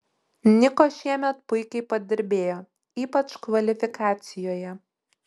niko šiemet puikiai padirbėjo ypač kvalifikacijoje